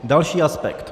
Další aspekt.